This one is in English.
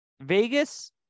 Vegas